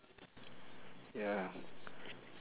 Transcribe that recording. ya